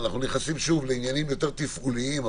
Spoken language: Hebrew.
אנחנו נכנסים שוב לעניינים יותר תפעוליים,